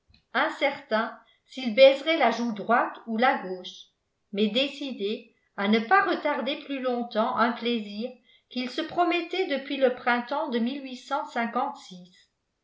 incertain s'il baiserait la joue droite ou la gauche mais décidé à ne pas retarder plus longtemps un plaisir qu'il se promettait depuis le printemps de